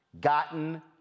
gotten